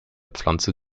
pflanze